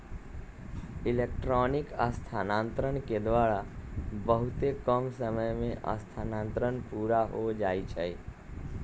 electronic स्थानान्तरण के द्वारा बहुते कम समय में स्थानान्तरण पुरा हो जाइ छइ